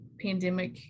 pandemic